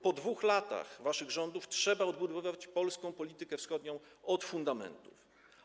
Po 2 latach waszych rządów trzeba odbudować polską politykę wschodnią od fundamentów.